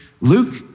Luke